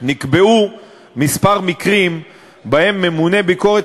נקבעו כמה מקרים שבהם ממונה ביקורת